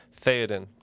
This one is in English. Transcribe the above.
Theoden